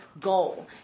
goal